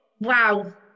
wow